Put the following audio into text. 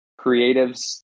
creatives